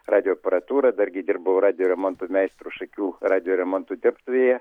radijo aparatūrą dargi dirbau radijo remonto meistru šakių radijo remonto dirbtuvėje